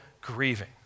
grieving